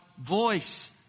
voice